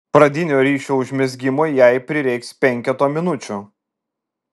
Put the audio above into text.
pradinio ryšio užmezgimui jai prireiks penketo minučių